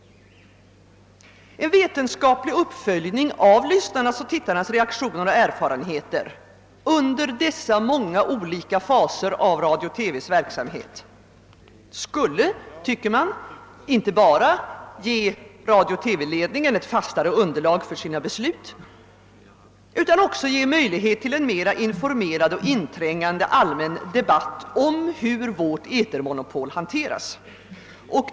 En vetenskaplig uppföljning av radiolyssnarnas och TV-tittarnas reaktioner under dessa många olika faser av radio-TV:s verksamhet skulle — tycker man — inte bara kunna ge Sveriges Radios ledning ett fastare underlag för sina beslut, utan också möjliggöra en mera informerad och inträngande allmän debatt om hur vårt etermonopol hanteras.